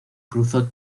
cruzó